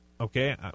okay